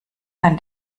kann